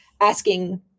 asking